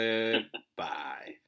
Goodbye